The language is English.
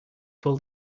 pull